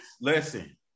listen